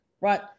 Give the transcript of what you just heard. right